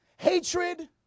Hatred